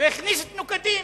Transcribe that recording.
והכניס את נוקדים.